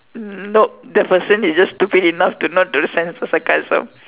nope the person is just stupid enough to not understand sarcasm